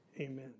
amen